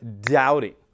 doubting